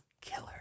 Killer